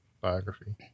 biography